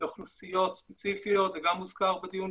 שישי ושבת.